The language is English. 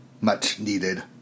much-needed